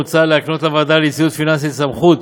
עוד מוצע להקנות לוועדה ליציבות פיננסית סמכות